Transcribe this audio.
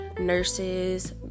nurses